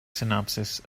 synopsis